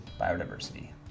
biodiversity